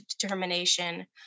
determination